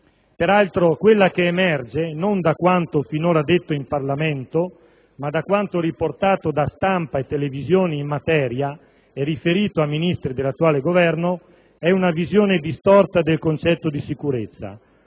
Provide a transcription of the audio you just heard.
Peraltro, quella che emerge - non da quanto finora detto in Parlamento, ma da quanto riportato da stampa e televisioni in materia e riferito a Ministri dell'attuale Governo - è una visione distorta del concetto di sicurezza,